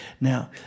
now